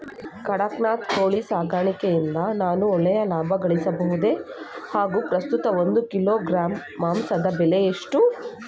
ಕಡಕ್ನಾತ್ ಕೋಳಿ ಸಾಕಾಣಿಕೆಯಿಂದ ನಾನು ಒಳ್ಳೆಯ ಲಾಭಗಳಿಸಬಹುದೇ ಹಾಗು ಪ್ರಸ್ತುತ ಒಂದು ಕಿಲೋಗ್ರಾಂ ಮಾಂಸದ ಬೆಲೆ ಎಷ್ಟು?